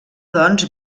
doncs